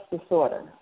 disorder